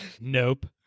Nope